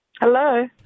Hello